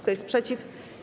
Kto jest przeciw?